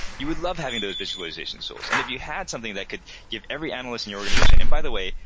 you would love having those visualizations tools. if you had something that could give every analyst in your organization and by the way,